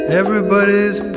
everybody's